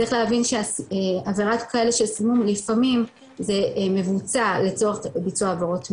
צריך להבין שעבירה של סימום לפעמים זה מבוצע לצורך ביצוע עבירות מין,